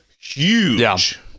huge